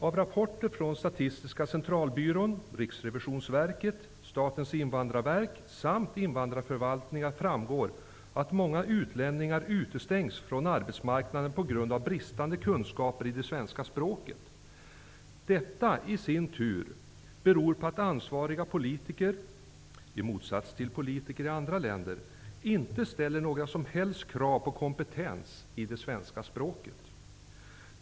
Av rapporter från Statistiska centralbyrån, Riksrevisionsverket, Statens invandrarverk samt invandrarförvaltningar framgår att många utlänningar utestängs från arbetsmarknaden på grund av bristande kunskaper i det svenska språket. Detta i sin tur beror på att ansvariga politiker -- i motsats till politiker i andra länder -- inte ställer några som helst krav på kompetens i det svenska språket.